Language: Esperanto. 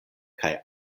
kaj